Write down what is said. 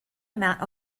amount